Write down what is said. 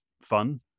fun